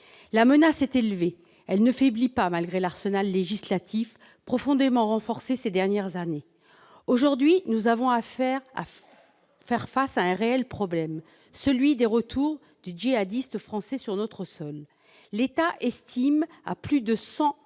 La menace est élevée, elle ne faiblit pas malgré la mise en oeuvre d'un arsenal législatif profondément renforcé ces dernières années. Aujourd'hui, nous devons faire face à un réel problème, celui des retours de djihadistes français sur notre sol. L'État estime à plus de 100 le